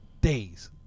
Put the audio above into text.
days